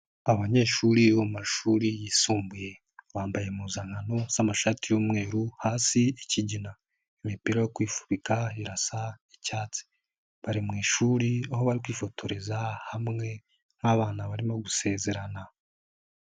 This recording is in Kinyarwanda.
Abanyeshuri bo mumashuri yisumbuye, bambaye impuzankano z'amashati y'umweru asa ikigina, imipira yo kwifubika irasa icyatsi, bari mu ishuri aho barikwifotoreza hamwe nkabana barimo gusezerana.